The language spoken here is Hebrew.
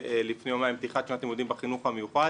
לפני יומיים על פתיחת שנת הלימודים בחינוך המיוחד